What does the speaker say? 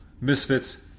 Misfits